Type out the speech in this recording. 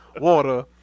water